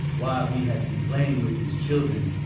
while he had been playing with his children,